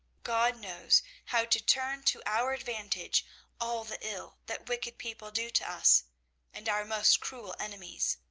god knows how to turn to our advantage all the ill that wicked people do to us and our most cruel enemies,